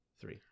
three